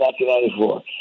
1994